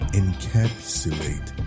encapsulate